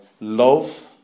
love